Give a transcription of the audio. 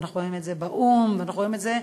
ואנחנו רואים את זה באו"ם ואנחנו רואים את זה,